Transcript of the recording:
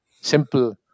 simple